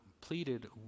pleaded